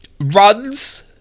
runs